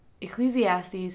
Ecclesiastes